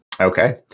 Okay